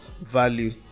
value